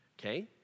okay